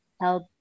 help